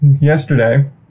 yesterday